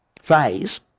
phase